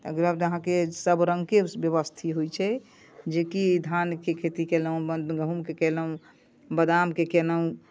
एकर बाद अहाँके सभ रङ्गके व्यवस्थी होइत छै जेकि धानके खेती कयलहुँ गहूँमके कयलहुँ बादामके कयलहुँ